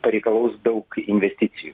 pareikalaus daug investicijų